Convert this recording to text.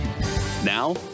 Now